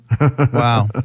Wow